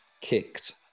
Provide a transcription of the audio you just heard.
kicked